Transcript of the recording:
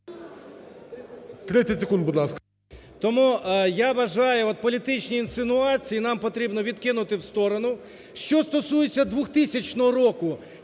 Тому я вважаю, от політичні інсинуації нам потрібно відкинути в сторону. Що стосується 2000 року.